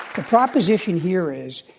the proposition here is,